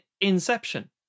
Inception